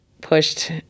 pushed